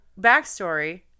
backstory